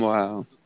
Wow